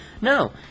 No